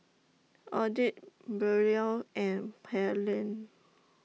Odette Brielle and Pearline